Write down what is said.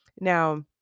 Now